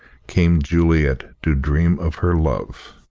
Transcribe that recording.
came juliet to dream of her love.